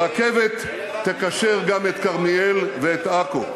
הרכבת תקשר גם את כרמיאל ואת עכו.